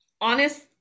honest